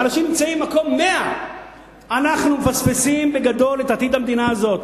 החלשים נמצאים במקום 100. אנחנו מפספסים בגדול את עתיד המדינה הזאת.